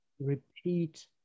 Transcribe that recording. repeat